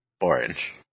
Orange